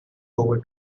over